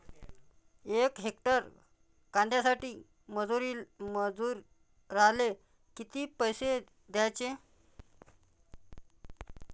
यक हेक्टर कांद्यासाठी मजूराले किती पैसे द्याचे?